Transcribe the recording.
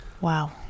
wow